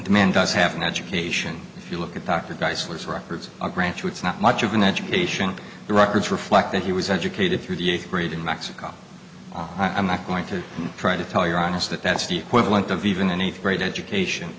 demand does have an education if you look at dr geysers records i'll grant you it's not much of an education the records reflect that he was educated through the eighth grade in mexico i'm not going to try to tell your honest that that's the equivalent of even an eighth grade education